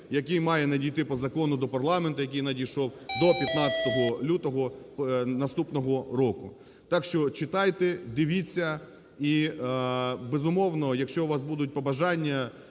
який має надійти по закону до парламенту, який надійшов до 15 лютого наступного року. Так що читайте, дивіться. І, безумовно, якщо у вас будуть побажання